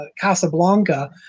Casablanca